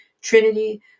trinity